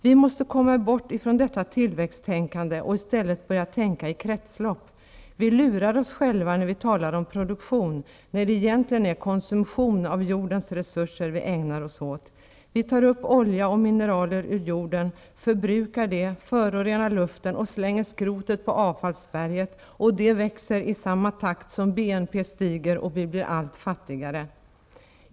Vi måste komma bort från detta tillväxttänkande och i stället börja tänka i kretslopp. Vi lurar oss själva när vi talar om produktion, när det egentligen är konsumtion av jordens resurser vi ägnar oss åt. Vi tar upp olja och mineraler ur jorden, förbrukar dem, förorenar luften och slänger skrotet på avfallsberget, och det växer i samma takt som BNP stiger -- och vi blir allt fattigare.